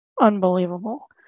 unbelievable